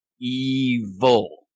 evil